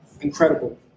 Incredible